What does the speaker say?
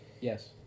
Yes